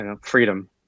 freedom